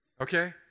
Okay